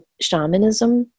shamanism